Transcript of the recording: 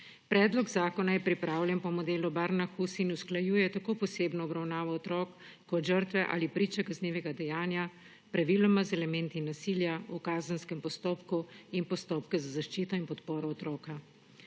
Predlog zakona je pripravljen po modelu Barnahus in usklajuje tako posebno obravnavo otrok kot žrtve ali priče kaznivega dejanja, praviloma z elementi nasilja v kazenskem postopku, in postopke za zaščito in podporo otroka.